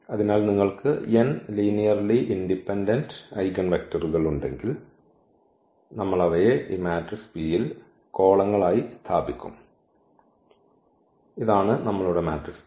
അതിനാൽ നിങ്ങൾക്ക് n linearly independent ഐഗൻവെക്ടറുകൾ ഉണ്ടെങ്കിൽ നമ്മൾ അവയെ ഈ മാട്രിക്സ് P ൽ കോളങ്ങളായി സ്ഥാപിക്കും ഇതാണ് നമ്മളുടെ മാട്രിക്സ് P